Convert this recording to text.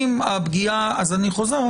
אז אני חוזר,